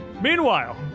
meanwhile